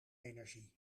energie